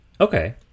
Okay